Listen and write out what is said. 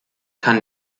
kann